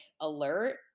alert